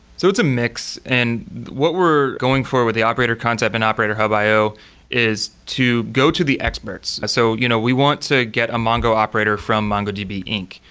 so it's a mix. and what we're going for with the operator concept and operator hub io is to go to the experts. so you know we want to get a mongo operator from mongodb inc,